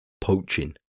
poaching